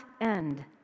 end